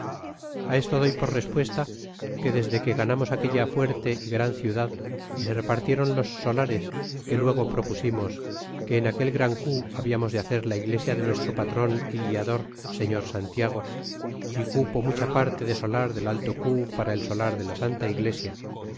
a esto doy por respuesta que desde que ganamos aquella fuerte y gran ciudad y se repartieron los solares que luego propusimos que en aquel gran cu hablamos de hacer la iglesia de nuestro patron é guiador señor santiago é cupo mucha parte de solar del alto cu para el solar de la santa iglesia